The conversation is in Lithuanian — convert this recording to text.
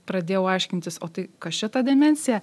pradėjau aiškintis o tai kas čia ta demencija